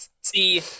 See